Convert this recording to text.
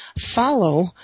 follow